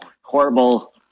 horrible